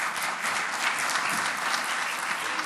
(מחיאות כפיים)